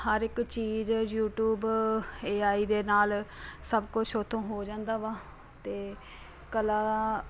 ਹਰ ਇੱਕ ਚੀਜ਼ YouTube A I ਦੇ ਨਾਲ ਸਭ ਕੁਝ ਉੱਥੋਂ ਹੋ ਜਾਂਦਾ ਵਾ ਅਤੇ ਕਲਾ